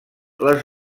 les